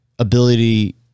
ability